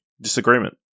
Disagreement